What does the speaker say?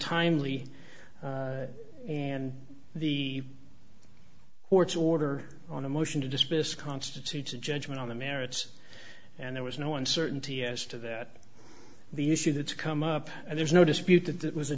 timely and the court's order on a motion to dismiss constitutes a judgment on the merits and there was no uncertainty as to that the issue that's come up and there's no dispute that